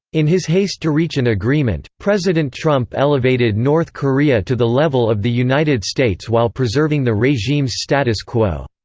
in his haste to reach an agreement, president trump elevated north korea to the level of the united states while preserving the regime's status quo.